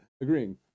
agreeing